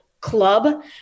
club